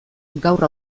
gaur